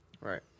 Right